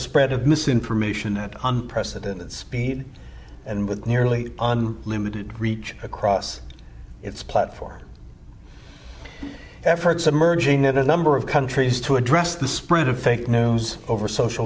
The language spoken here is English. spread of misinformation at unprecedented speed and with nearly unlimited reach across its platform efforts emerging at a number of countries to address the spread of fake news over social